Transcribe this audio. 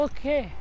Okay